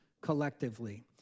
collectively